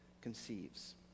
conceives